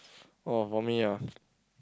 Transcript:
oh for me ah